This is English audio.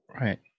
Right